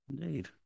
Indeed